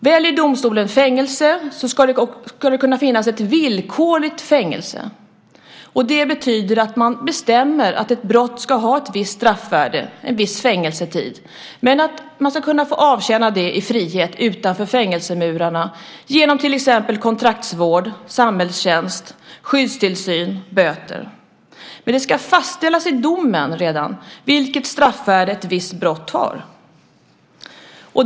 Om domstolen väljer fängelse ska det kunna finnas ett villkorligt fängelse. Det betyder att man bestämmer att ett brott ska ha ett visst straffvärde och en viss fängelsetid. Men man ska kunna få avtjäna det i frihet utanför fängelsemurarna genom till exempel kontraktsvård, samhällstjänst, skyddstillsyn och böter. Men det ska fastställas redan i domen vilket straffvärde ett visst brott har.